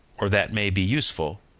or that may be useful,